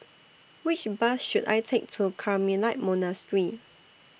Which Bus should I Take to Carmelite Monastery